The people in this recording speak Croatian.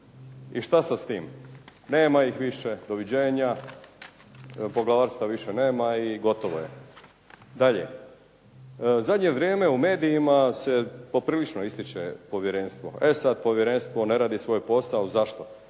I šta sad s time? Nema ih više, doviđenja, poglavarstva više nema i gotovo je. Dalje, u zadnje vrijeme u medijima se poprilično ističe povjerenstvo. E sada, povjerenstvo ne radi svoj posao. Zašto?